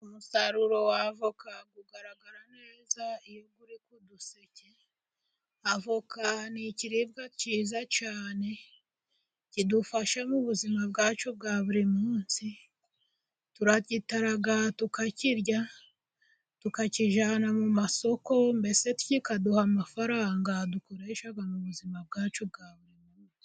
Umusaruro w'avoka ugaragara neza iyo uri ku duseke . Avoka ni ikiribwa cyiza cyane kidufasha mu buzima bwacu bwa buri munsi. Turayitara tukayirya ,tukayijyana mu masoko ,mbese ikaduha amafaranga dukoresha mu buzima bwacu bwa buri munsi.